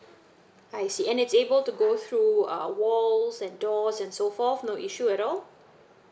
I see and it's able to go through a wall and door and so forth no issue at all